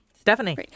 Stephanie